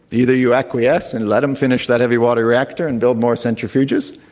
either you acquiesce and let them finish that heavy water reactor and build more centrifuges,